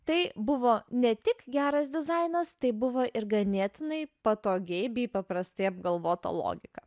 tai buvo ne tik geras dizainas tai buvo ir ganėtinai patogiai bei paprastai apgalvota logika